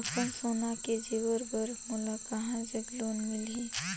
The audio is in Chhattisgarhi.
अपन सोना के जेवर पर मोला कहां जग लोन मिलही?